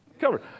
covered